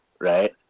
right